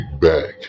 back